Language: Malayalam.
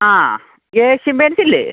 ആ ഏഷ്യൻ പെയ്ൻറ്റ്സില്ലേ